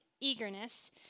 eagerness